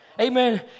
Amen